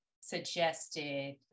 suggested